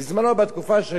בתקופה שלי,